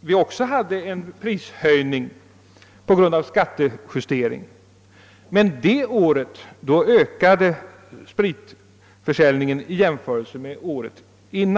vi likaledes hade en prishöjning på grund av skattejustering; det året ökade spritförsäljningen i jämförelse med året före.